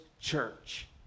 church